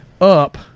up